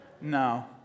No